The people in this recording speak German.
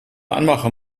anmache